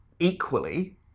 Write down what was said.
Equally